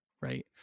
right